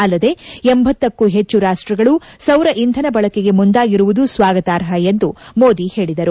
ಅಲ್ಲದೇ ಲಂಕ್ಕೂ ಹೆಚ್ಚು ರಾಷ್ಟ್ರಗಳು ಸೌರ ಇಂಧನ ಬಳಕೆಗೆ ಮುಂದಾಗಿರುವುದು ಸ್ವಾಗತಾರ್ಹ ಎಂದು ಮೋದಿ ಹೇಳಿದರು